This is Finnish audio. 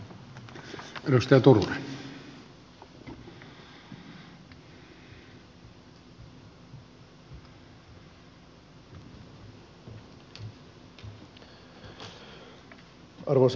arvoisa puhemies